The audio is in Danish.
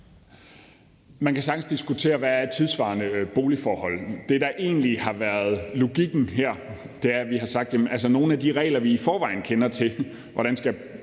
Man kan sagtens diskutere, hvad der er tidssvarende boligforhold. Det, der egentlig har været logikken her, er, at vi har sagt, at der er nogle regler, vi i forvejen kender, om, hvordan